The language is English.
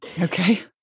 okay